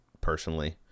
personally